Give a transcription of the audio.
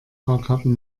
fahrkarten